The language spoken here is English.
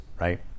right